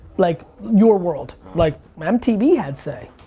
like your world, like mtv had say.